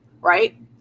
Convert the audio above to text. right